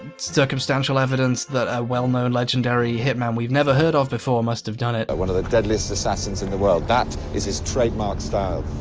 circumstantial evidence that a well-known legendary hitman we've never heard of before must have done it. one of the deadliest assassins in the world. that it is trademark style.